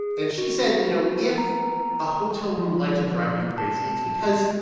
and she said, you know, if a hotel room's lights are driving you crazy, it's because,